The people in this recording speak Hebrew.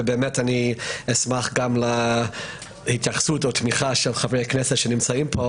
ובאמת אשמח להתייחסות או תמיכה של חברי הכנסת שנמצאים פה.